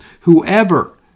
whoever